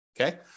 Okay